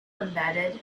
embedded